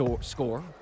score